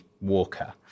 walker